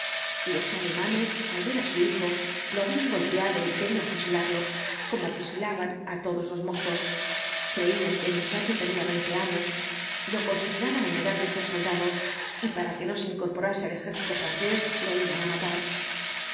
los alemanes al ver á su hijo lo habían golpeado y querían fusilarlo como fusilaban á todos los mozos creían que el muchacho tenía veinte años lo consideraban en edad de ser soldado y para que no se incorporase al ejército francés lo iban á matar